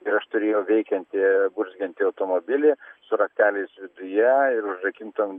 ir aš turėjau veikiantį burzgiantį automobilį su rakteliais viduje ir užrakintom